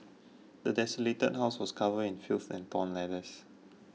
the desolated house was covered in filth and torn letters